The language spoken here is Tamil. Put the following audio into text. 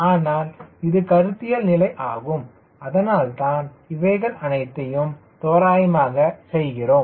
ஆனால் இது கருத்தியல் நிலை ஆகும் அதனால்தான் இவைகள் அனைத்தையும் தோராயமாக செய்கிறோம்